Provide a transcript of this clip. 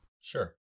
Sure